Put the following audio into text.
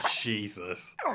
Jesus